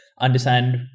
understand